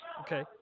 Okay